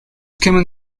common